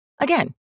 Again